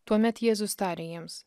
tuomet jėzus tarė jiems